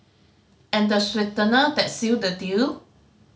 and the sweetener that seal the deal